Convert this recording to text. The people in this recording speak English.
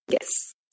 Yes